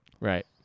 Right